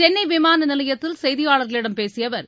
சென்னை விமான நிலையத்தில் செய்தியாளர்களிடம் பேசிய அவர்